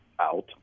out